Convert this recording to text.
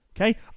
okay